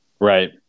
Right